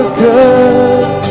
good